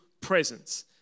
presence